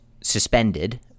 suspended